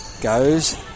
goes